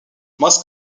most